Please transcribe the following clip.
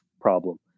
problem